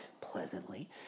pleasantly